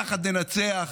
יחד ננצח,